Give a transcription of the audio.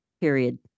Period